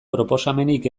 proposamenik